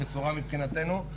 בשורה מבחינתנו.